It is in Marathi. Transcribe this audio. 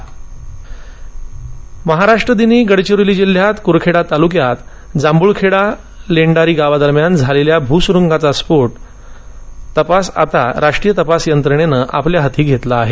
कुरखेडा महाराष्ट्रदिनी गडचिरोली जिल्ह्यात कुरखेडा तालुक्यातील जांभुळखेडा लेंडारी गावादरम्यान झालेल्या भूसुरुंगस्फोटाचा तपास आता राष्ट्रीय तपास यंत्रेणेनं आपल्या हाती घेतला आहे